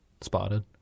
spotted